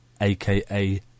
aka